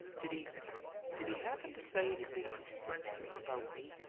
did he did he happen to say anything for instance, about me?